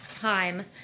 time